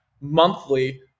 monthly